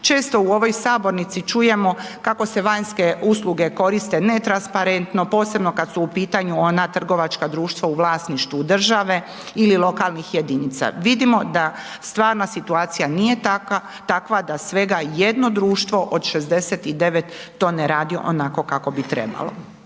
Često u ovoj sabornici čujemo kako se vanjske usluge koriste netransparentno, posebno kada su u pitanju ona trgovačka društva u vlasništvu države ili lokalnih jedinica. Vidimo da stvarna situacija nije takva, da svega jedno društvo, od 69 to ne radi onako kako bi trebalo.